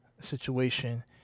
situation